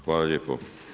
Hvala lijepo.